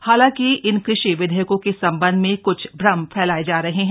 हालांकि इन कृषि विधेयकों के संबंध में क्छ भ्रम फैलाये जा रहे हैं